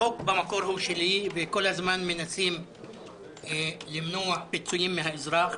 החוק במקור הוא שלי וכל הזמן מנסים למנוע פיצויים מהאזרח,